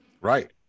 Right